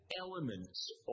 elements